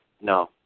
No